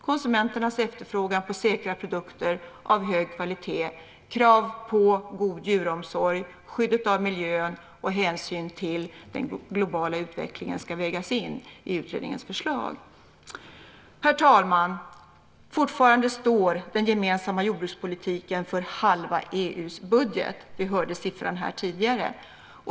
Konsumenternas efterfrågan på säkra produkter av hög kvalitet, krav på god djuromsorg, skyddet av miljön och hänsyn till den globala utvecklingen ska vägas in i utredningens förslag. Herr talman! Fortfarande står den gemensamma jordbrukspolitiken för halva EU:s budget. Vi hörde siffran här tidigare.